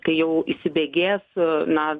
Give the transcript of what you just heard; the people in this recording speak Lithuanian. kai jau įsibėgės na